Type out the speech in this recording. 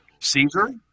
Caesar